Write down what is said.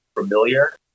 familiar